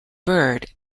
bird